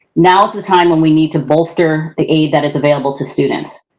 now's the time when we need to bolster the aid that is available to students,